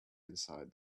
inside